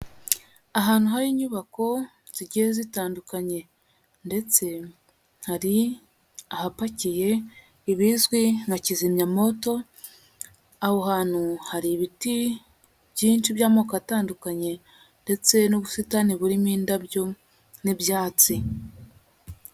Ahantu hari inyubako zigiye zitandukanye. Ndetse hari ahapakiye ibizwi nka kizimyamoto, aho hantu hari ibiti byinshi by'amoko atandukanye. Ndetse n'ubusitani burimo indabyo n'ibyatsi.